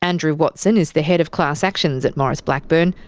andrew watson is the head of class actions at maurice blackburn.